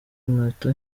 inkweto